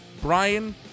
Brian